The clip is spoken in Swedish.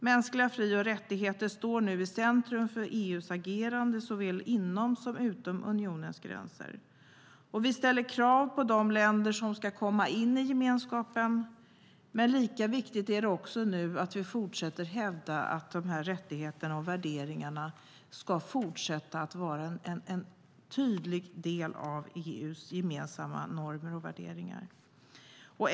Mänskliga fri och rättigheter står nu i centrum för EU:s agerande, såväl inom som utom unionens gränser. Vi ställer krav på de länder som ska komma in i gemenskapen, men lika viktigt är det också att vi nu fortsätter hävda att de här rättigheterna och värderingarna ska fortsätta att vara en tydlig del av EU:s gemensamma normer och värderingar.